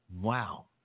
Wow